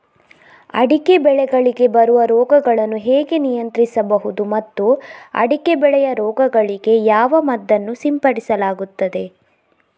ಅಡಿಕೆ ಬೆಳೆಗಳಿಗೆ ಬರುವ ರೋಗಗಳನ್ನು ಹೇಗೆ ನಿಯಂತ್ರಿಸಬಹುದು ಮತ್ತು ಅಡಿಕೆ ಬೆಳೆಯ ರೋಗಗಳಿಗೆ ಯಾವ ಮದ್ದನ್ನು ಸಿಂಪಡಿಸಲಾಗುತ್ತದೆ?